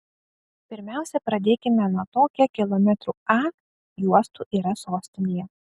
pirmiausia pradėkime nuo to kiek kilometrų a juostų yra sostinėje